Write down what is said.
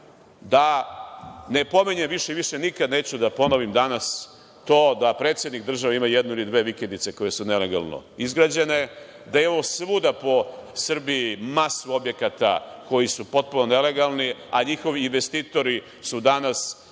Da ne pominjem više nikad, više nikad neću da ponovim danas to, da predsednik države ima jednu ili dve vikendice koje su nelegalno izgrađene, da je on svuda po Srbiji masu objekata koji su potpuno nelegalni, a njihovi investitori su danas i